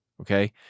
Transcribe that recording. Okay